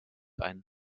ein